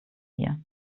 hier